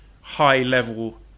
high-level